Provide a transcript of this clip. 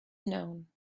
known